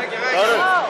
רגע, רגע.